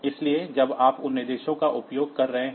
इसलिए जब आप उन निर्देशों का उपयोग कर रहे हैं